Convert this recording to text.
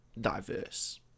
diverse